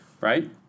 right